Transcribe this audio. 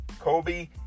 Kobe